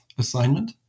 assignment